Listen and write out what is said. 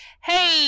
hey